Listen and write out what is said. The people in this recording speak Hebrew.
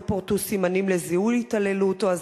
לא פורטו סימנים לזיהוי התעללות או הזנחה,